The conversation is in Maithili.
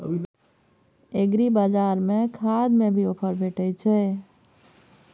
एग्रीबाजार में खाद में भी ऑफर भेटय छैय?